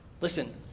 listen